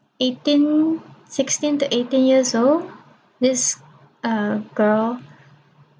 eighteen sixteen to eighteen years old this uh girl